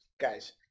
guys